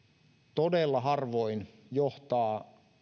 todella harvoin johtaa